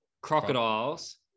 crocodiles